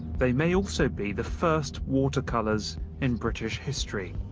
they may also be the first watercolours in british history.